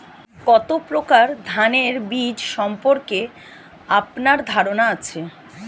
কত প্রকার ধানের বীজ সম্পর্কে আপনার ধারণা আছে?